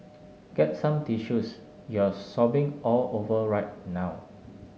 get some tissues you're sobbing all over right now